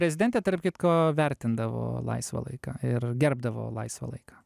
prezidentė tarp kitko vertindavo laisvą laiką ir gerbdavo laisvą laiką